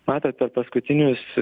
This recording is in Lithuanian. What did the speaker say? matot per paskutinius